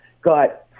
got